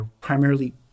primarily